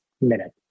minute